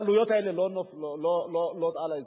העלויות האלה לא נופלות על האזרח.